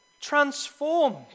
transformed